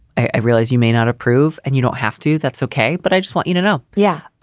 i realize you may not approve and you don't have to. that's ok. but i just want you to know. yeah,